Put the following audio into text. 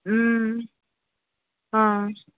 ம் ஆ